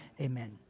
amen